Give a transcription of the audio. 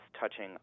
touching